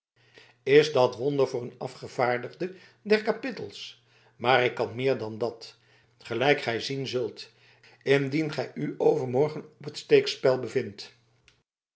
is dat wonder voor een afgevaardigde der kapittels maar ik kan meer dan dat gelijk gij zien zult indien gij u overmorgen op t steekspel bevindt